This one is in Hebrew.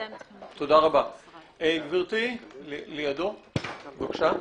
גברתי, בבקשה.